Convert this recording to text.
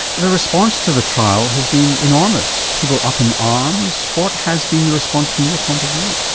the response to the trial has been enormous people up in arms. what has been the response from your point of view?